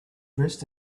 dressed